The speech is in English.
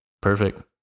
Perfect